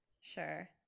Sure